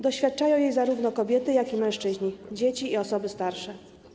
Doświadczają jej zarówno kobiety, jak i mężczyźni, dzieci i osoby starsze.